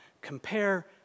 compare